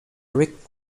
rick